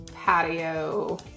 patio